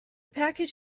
package